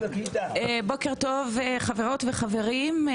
בוקר טוב חברות וחברים,